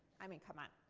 i mean come on.